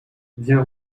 viens